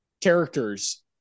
characters